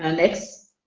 um next.